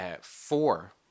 four